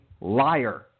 liar